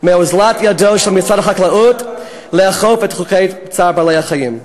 מאוזלת ידו של משרד החקלאות באכיפת חוקי צער בעלי-החיים.